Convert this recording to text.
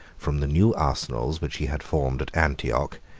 from the new arsenals which he had formed at antioch,